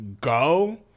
go